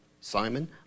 Simon